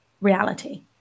reality